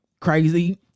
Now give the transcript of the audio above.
crazy